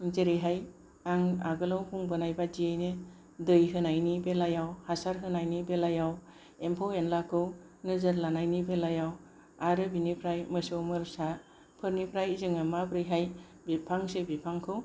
जेरैहाय आं आगोलाव बुंबोनाय बादियैनो दै होनायनि बेलायाव हासार होनायनि बेलायाव एम्फौ एनलाखौ नोजोर लानायनि बेलायाव आरो बेनिफ्राय मोसौ मोसाफोरनिफ्राय जोङो माबोरैहाय बे फांसे बिफांखौ